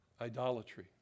idolatry